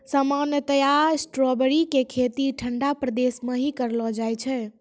सामान्यतया स्ट्राबेरी के खेती ठंडा प्रदेश मॅ ही करलो जाय छै